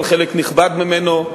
אבל חלק נכבד ממנו.